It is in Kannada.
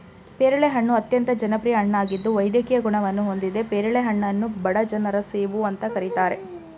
ಪೇರಳೆ ಹಣ್ಣು ಅತ್ಯಂತ ಜನಪ್ರಿಯ ಹಣ್ಣಾಗಿದ್ದು ವೈದ್ಯಕೀಯ ಗುಣವನ್ನು ಹೊಂದಿದೆ ಪೇರಳೆ ಹಣ್ಣನ್ನು ಬಡ ಜನರ ಸೇಬು ಅಂತ ಕರೀತಾರೆ